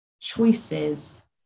choices